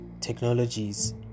technologies